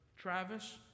Travis